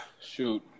Shoot